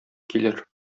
килер